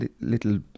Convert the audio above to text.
little